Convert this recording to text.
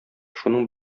шуның